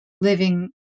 living